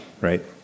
right